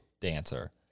dancer